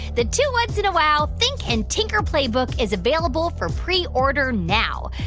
the two whats! and a wow! think and tinker playbook is available for preorder now.